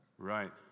Right